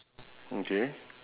okay